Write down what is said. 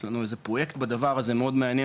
יש לנו איזה פרויקט בדבר הזה מאוד מעניין